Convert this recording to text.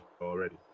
already